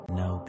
no